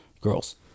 girls